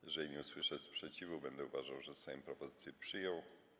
Jeżeli nie usłyszę sprzeciwu, będę uważał, że Sejm propozycję przyjął.